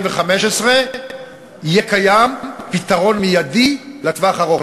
ובתחילת 2015 יהיה קיים פתרון מיידי לטווח ארוך.